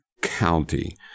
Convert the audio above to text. County